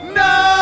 no